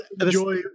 enjoy